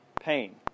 pain